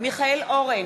מיכאל אורן,